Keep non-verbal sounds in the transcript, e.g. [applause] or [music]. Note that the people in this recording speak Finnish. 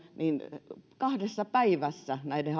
niin kahdessa päivässä näiden [unintelligible]